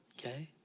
Okay